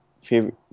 favorite